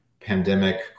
pandemic